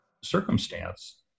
circumstance